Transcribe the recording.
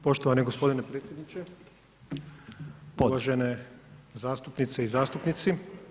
Poštovani gospodine potpredsjedniče, uvažene zastupnice i zastupnici.